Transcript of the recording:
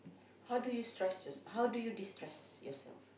how do you stress your how do you destress yourself